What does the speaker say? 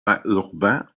urbain